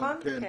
נכון?